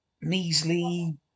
measly